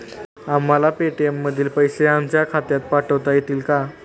आम्हाला पेटीएम मधील पैसे आमच्या खात्यात पाठवता येतील का?